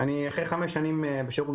אני אחרי שירות של חמש שנים ב-8200,